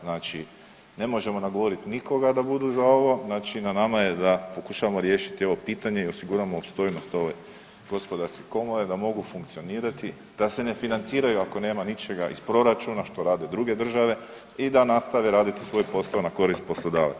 Znači ne možemo nagovoriti nikoga da budu za ovo, znači na nama je da pokušamo riješiti ovo pitanje i osiguramo opstojnost ove Gospodarske komore da mogu funkcionirati da se ne financiraju ako nema ničega iz proračuna, što rade druge države, i da nastave raditi svoje poslove na korist poslodavaca.